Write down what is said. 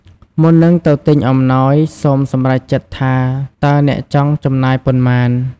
មុននឹងទៅទិញអំណោយ សូមសម្រេចចិត្តថាតើអ្នកចង់ចំណាយប៉ុន្មាន។